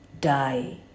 die